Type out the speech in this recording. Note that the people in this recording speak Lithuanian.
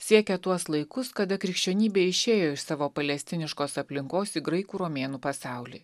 siekia tuos laikus kada krikščionybė išėjo iš savo palestiniškos aplinkos į graikų romėnų pasaulį